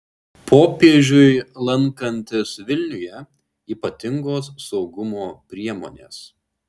popiežiui lankantis vilniuje ypatingos saugumo priemonės